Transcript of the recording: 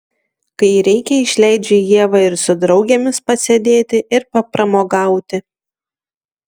kai reikia išleidžiu ievą ir su draugėmis pasėdėti ir papramogauti